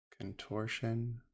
Contortion